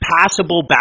passable